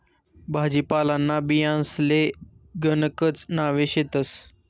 भाजीपालांना बियांसले गणकच नावे शेतस